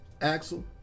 Axel